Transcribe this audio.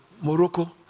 Morocco